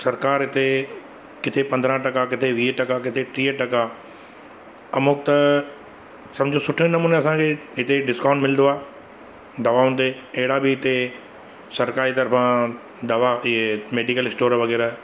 सरकारु हिते किथे पंद्रहं टका किथे वीह टका किथे ट्रीह टका अमुक त सम्झो सुठे नमूने असांखे हिते डिस्काउंट मिलंदो आहे दवाऊं ते अहिड़ा बि हिते सरकार जी तरफां दवा इहे मैडिकल स्टोर वग़ैरह